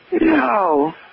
No